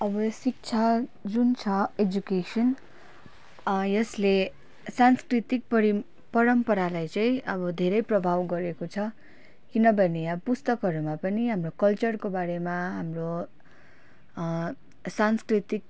अब शिक्षा जुन छ एजुकेसन यसले सांस्कृतिक परिम परम्परालाई चाहिँ अब धेरै प्रभाव गरेको छ किनभने अब पुस्तकहरूमा पनि हाम्रो कल्चरको बारेमा हाम्रो सांस्कृतिक